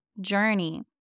journey